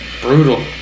brutal